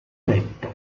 letto